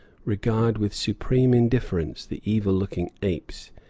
regard with supreme indifference the evil-looking apes,